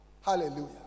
Hallelujah